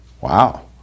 wow